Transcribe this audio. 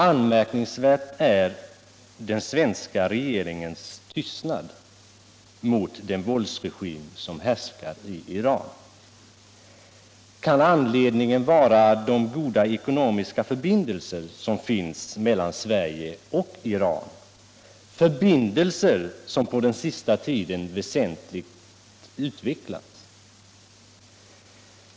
Anmärkningsvärd är den svenska regeringens tystnad mot den våldsregim som härskar i Iran. Kan anledningen vara de goda ekonomiska förbindelser som finns mellan Sverige och Iran — förbindelser som på den senaste tiden väsentligt utvecklats?